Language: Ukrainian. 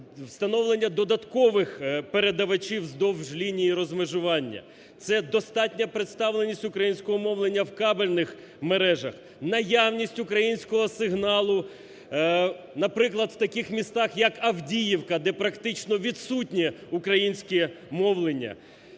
встановлення додаткових передавачів вздовж лінії розмежування. Це достатня представленість українського мовлення в кабельних мережах. Наявність українського сигналу, наприклад, в таких містах, як Авдіївка, де практично відсутнє українське мовлення.